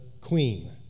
queen